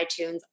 iTunes